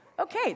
okay